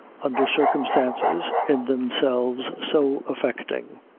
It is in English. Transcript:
under circumstances in themselves so affecting.